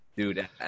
Dude